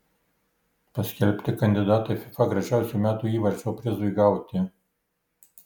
paskelbti kandidatai fifa gražiausio metų įvarčio prizui gauti